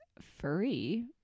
free